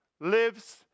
lives